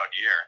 year